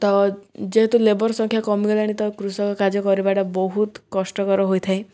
ତ ଯେହେତୁ ଲେବର୍ ସଂଖ୍ୟା କମିଗଲାଣି ତ କୃଷକ କାର୍ଯ୍ୟ କରିବାଟା ବହୁତ କଷ୍ଟକର ହୋଇଥାଏ